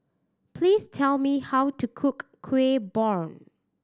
please tell me how to cook Kueh Bom